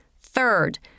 Third